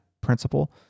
principle